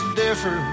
differ